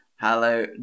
hello